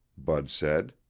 bud said.